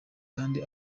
kandi